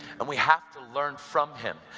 and we have to learn from him.